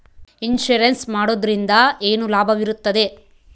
Insurance ಮಾಡೋದ್ರಿಂದ ಏನು ಲಾಭವಿರುತ್ತದೆ?